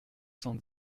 cent